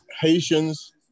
Haitians